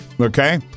okay